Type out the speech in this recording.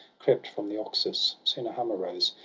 crept from the oxus. soon a hum arose,